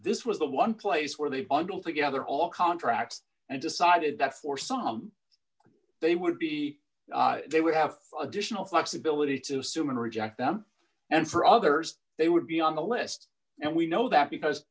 this was the one place where they bundle together all contracts and decided that for some they would be they would have flexibility to assume and reject them and for others they would be on the list and we know that because